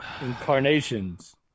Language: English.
incarnations